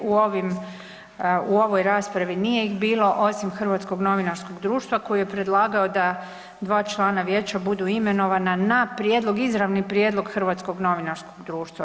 U ovoj raspravi nije ih bilo osim Hrvatskog novinarskog društva koji je predlagao da dva člana vijeća budu imenovana na prijedlog izravni prijedlog Hrvatskog novinarskog društva.